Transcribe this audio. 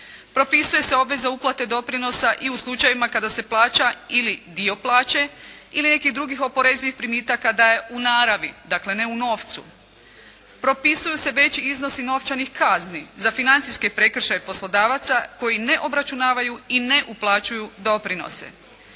Propisuje se obveza uplate doprinosa i u slučajevima kada se plaća ili dio plaće, ili nekih drugih oporezivih primitaka daje u naravi, dakle, ne u novcu. Propisuju se veći iznosi novčanih kazni za financijske prekršaje poslodavaca koji ne obračunavaju i ne uplaćuju doprinose.